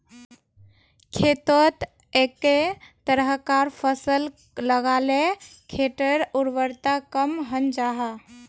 खेतोत एके तरह्कार फसल लगाले खेटर उर्वरता कम हन जाहा